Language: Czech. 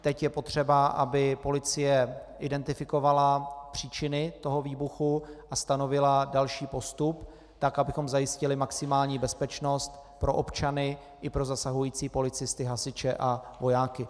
Teď je potřeba, aby policie identifikovala příčiny výbuchu a stanovila další postup tak, abychom zajistili maximální bezpečnost pro občany i pro zasahující policisty, hasiče a vojáky.